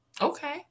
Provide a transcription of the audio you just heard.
okay